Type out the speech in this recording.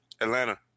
Atlanta